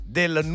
del